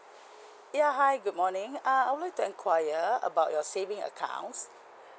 ya hi good morning uh I would like to enquire about your saving accounts